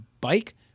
bike